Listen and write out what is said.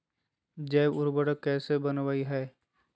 जैव उर्वरक कैसे वनवय हैय?